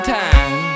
time